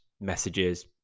messages